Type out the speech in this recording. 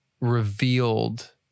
revealed